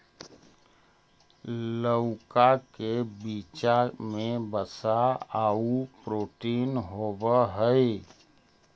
लउका के बीचा में वसा आउ प्रोटीन होब हई